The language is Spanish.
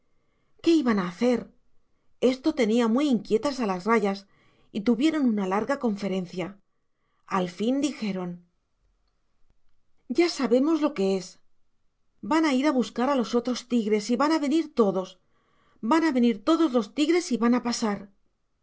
qué iban a hacer esto tenía muy inquietas a las rayas y tuvieron una larga conferencia al fin dijeron ya sabemos lo que es van a ir a buscar a los otros tigres y van a venir todos van a venir todos los tigres y van a pasar